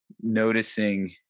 noticing